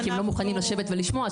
כי הם לא מוכנים לשבת ולשמוע,